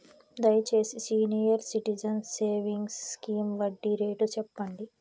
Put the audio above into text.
దయచేసి senior citizens savings scheme వడ్డీ rate సెప్పండి